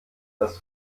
das